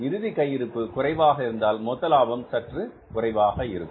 இறுதி கையிருப்பு குறைவாக இருந்தால் மொத்த லாபம் சற்று குறைவாக இருக்கும்